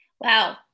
Wow